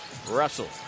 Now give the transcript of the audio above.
Russell